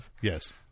Yes